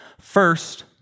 First